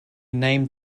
named